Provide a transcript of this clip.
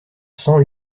cent